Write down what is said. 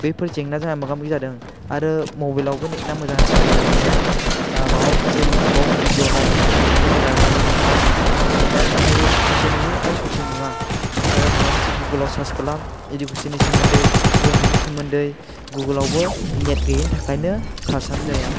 बेफोर जेंनाजों आं मोगा मोगि जादों आरो मबाइलआवबो नेटआ मोजां रोखोमै नांखाया माबा मोनसे इउटिउबआव भिडिआ नाय भिडिअखौ मोजां रोखोमै नुवा नेटआ थाबथायो ससे नुयो आरो ससे नुवा आरो माबा मोनसे गुगलाव सार्च खालाम इडुकेसननि सोमोन्दै सोलोंथायनि सोमोन्दै गुगललावबो नेट गैयैनि थाखायनो सार्चआनो जाया